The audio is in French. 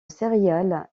céréales